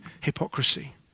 hypocrisy